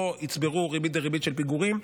לא יצברו ריבית-דריבית של פיגורים,